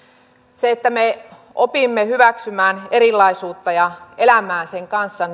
se että me opimme hyväksymään erilaisuutta ja elämään sen kanssa